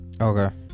Okay